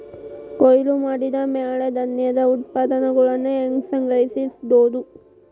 ಕೊಯ್ಲು ಮಾಡಿದ ಮ್ಯಾಲೆ ಧಾನ್ಯದ ಉತ್ಪನ್ನಗಳನ್ನ ಹ್ಯಾಂಗ್ ಸಂಗ್ರಹಿಸಿಡೋದು?